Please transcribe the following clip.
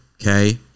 okay